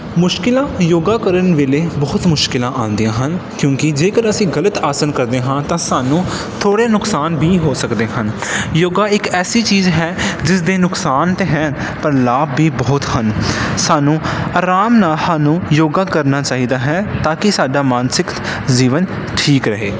ਮੁਸ਼ਕਿਲਾਂ ਯੋਗਾ ਕਰਨ ਵੇਲੇ ਬਹੁਤ ਮੁਸ਼ਕਿਲਾਂ ਆਉਂਦੀਆਂ ਹਨ ਕਿਉਂਕਿ ਜੇਕਰ ਅਸੀਂ ਗਲਤ ਆਸਨ ਕਰਦੇ ਹਾਂ ਤਾਂ ਸਾਨੂੰ ਥੋੜ੍ਹੇ ਨੁਕਸਾਨ ਵੀ ਹੋ ਸਕਦੇ ਹਨ ਯੋਗਾ ਇੱਕ ਐਸੀ ਚੀਜ਼ ਹੈ ਜਿਸ ਦੇ ਨੁਕਸਾਨ ਤਾਂ ਹੈ ਪਰ ਲਾਭ ਵੀ ਬਹੁਤ ਹਨ ਸਾਨੂੰ ਆਰਾਮ ਨਾ ਸਾਨੂੰ ਯੋਗਾ ਕਰਨਾ ਚਾਹੀਦਾ ਹੈ ਤਾਂ ਕਿ ਸਾਡਾ ਮਾਨਸਿਕ ਜੀਵਨ ਠੀਕ ਰਹੇ